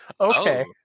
Okay